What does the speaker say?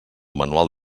manual